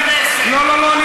ביבי היה בכנסת, לא, לא, לא.